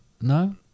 No